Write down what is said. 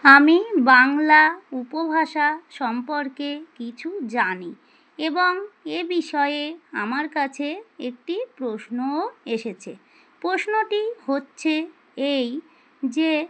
আমি বাংলা উপভাষা সম্পর্কে কিছু জানি এবং এ বিষয়ে আমার কাছে একটি প্রশ্নও এসেছে প্রশ্নটি হচ্ছে এই যে